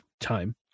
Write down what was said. time